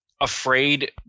afraid